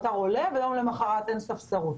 האתר עולה ויום למוחרת אין ספסרות.